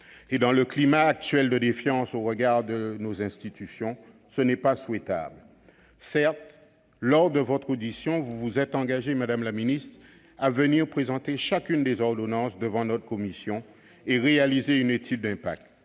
Et, dans le climat actuel de défiance à l'égard de nos institutions, un tel affaiblissement n'est pas souhaitable. Certes, lors de votre audition, vous vous êtes engagée à venir présenter chacune des ordonnances devant notre commission et à réaliser une étude d'impact.